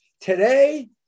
today